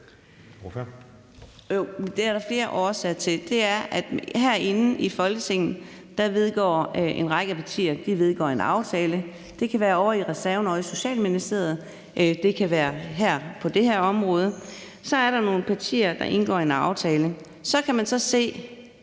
Det er der flere årsager til. Herinde i Folketinget indgår en række partier en aftale. Det kan være reserven ovre i Socialministeriet, eller det kan være her på det her område, men der er nogle partier, der indgår en aftale. Så kan man så se,